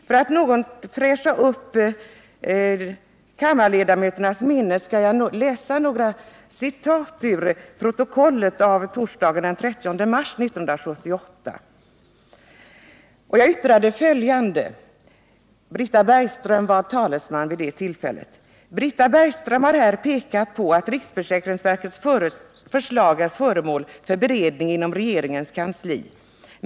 För att något fräscha upp kammarledamöternas minne skall jag läsa några citat ur protokollet för torsdagen den 30 mars 1978. Britta Bergström var talesman vid det tillfället. ”Britta Bergström har här pekat på att riksförsäkringsverkets förslag är föremål för beredning inom regeringens kansli.